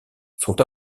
sont